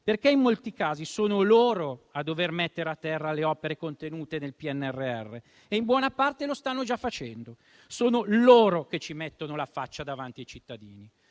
perché in molti casi sono loro a dover mettere a terra le opere contenute nel PNRR e in buona parte lo stanno già facendo. Sono loro che ci mettono la faccia davanti ai cittadini.